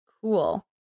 cool